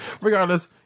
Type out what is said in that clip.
Regardless